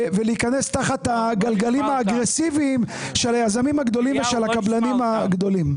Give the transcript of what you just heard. ולהיכנס תחת הגלגלים האגרסיביים של היזמים והקבלנים הגדולים.